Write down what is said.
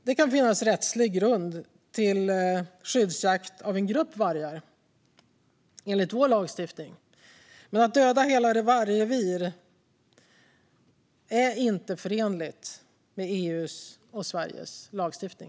Det kan finnas rättslig grund för skyddsjakt på en grupp vargar enligt vår lagstiftning, men att döda hela vargrevir är inte förenligt med EU:s och Sveriges lagstiftning.